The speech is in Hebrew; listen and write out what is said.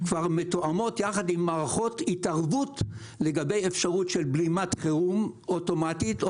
מתואמות יחד עם מערכות התערבות לגבי התערבות של בלימת חירום אוטומטית,